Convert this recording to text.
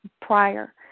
prior